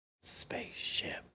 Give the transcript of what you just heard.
Spaceship